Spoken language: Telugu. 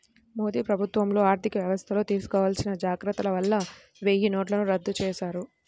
మోదీ ప్రభుత్వంలో ఆర్ధికవ్యవస్థల్లో తీసుకోవాల్సిన జాగర్తల వల్ల వెయ్యినోట్లను రద్దు చేశారు